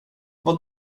vad